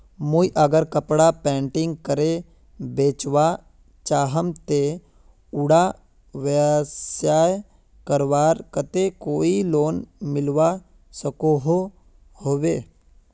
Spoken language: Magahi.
मुई अगर कपड़ा पेंटिंग करे बेचवा चाहम ते उडा व्यवसाय करवार केते कोई लोन मिलवा सकोहो होबे?